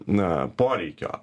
na poreikio